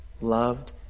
Loved